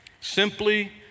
Simply